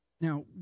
Now